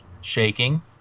Shaking